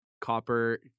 Copper